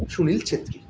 Sunil Chhetri